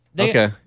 Okay